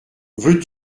veux